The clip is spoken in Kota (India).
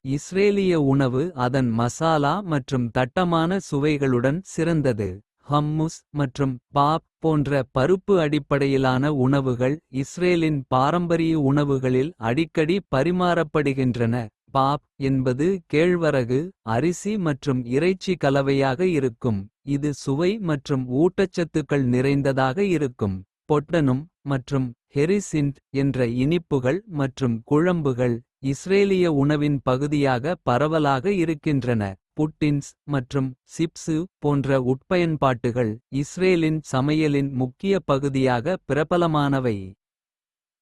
இஸ்ரேலிய உணவு அதன் மசாலா மற்றும் தட்டமான. சுவைகளுடன் சிறந்தது ஹம்முஸ் மற்றும் பாப். போன்ற பருப்பு அடிப்படையிலான உணவுகள். இஸ்ரேலின் பாரம்பரிய உணவுகளில் அடிக்கடி. பரிமாறப்படுகின்றன பாப் என்பது கேழ்வரகு. அரிசி மற்றும் இறைச்சி கலவையாக இருக்கும். இது சுவை மற்றும் ஊட்டச்சத்துக்கள் நிறைந்ததாக இருக்கும். பொட்டனும் மற்றும் ஹெரிசின்ட் என்ற இனிப்புகள். மற்றும் குழம்புகள் இஸ்ரேலிய உணவின் பகுதியாக பரவலாக. இருக்கின்றன புட்டின்ஸ் மற்றும் சிப்ஸு. போன்ற உட்பயன்பாட்டுகள் இஸ்ரேலின் சமையலின். முக்கிய பகுதியாக பிரபலமானவை.